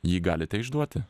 jį galite išduoti